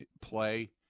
play